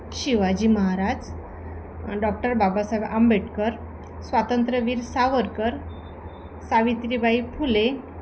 Shivaji Maharaj doctor Babasaheb Ambedkar Swatantryaveer Savarkar Savitribai Phule